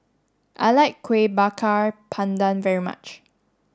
I like Kueh Bakar Pandan very much